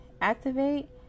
activate